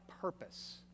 purpose